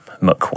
Muck